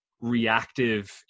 reactive